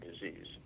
disease